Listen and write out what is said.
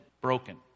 broken